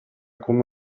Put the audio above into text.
come